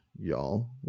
y'all